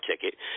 ticket